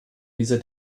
dieser